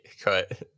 cut